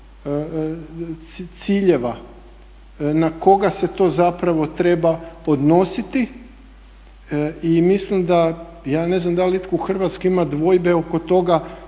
ciljeva na koga se to zapravo treba odnositi. I mislim ja ne znam da li itko u Hrvatskoj ima dvojbe oko toga